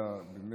באמת,